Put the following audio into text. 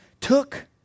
took